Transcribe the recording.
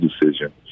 decision